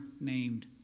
named